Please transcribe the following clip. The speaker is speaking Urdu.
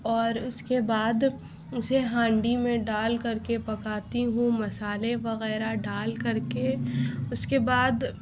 اور اس کے بعد اسے ہانڈی میں ڈال کر کے پکاتی ہوں مسالے وغیرہ ڈال کر کے اس کے بعد